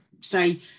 say